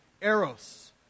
eros